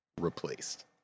Replaced